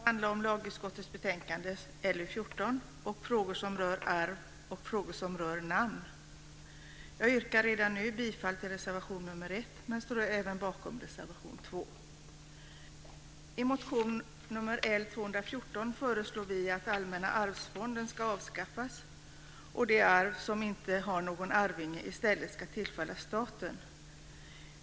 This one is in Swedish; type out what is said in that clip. Fru talman! Debatten ska nu handla om lagutskottets betänkande LU14, dvs. frågor som rör arv och frågor som rör namn. Jag yrkar redan nu bifall till reservation nr 1, men står även bakom reservation 2. I motion nr L214 föreslår vi att allmänna arvsfonden ska avskaffas och att de arv som inte har någon arvinge i stället ska tillfalla staten.